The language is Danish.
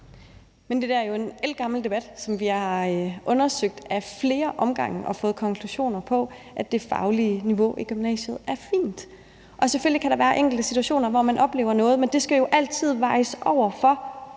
det der er jo en ældgammel debat, som vi har undersøgt ad flere omgange og fået konklusioner på, som viser, at det faglige niveau i gymnasiet er fint. Selvfølgelig kan der være enkelte situationer, hvor man oplever noget, men det skal jo altid vejes op mod,